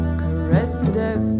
caressed